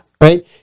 right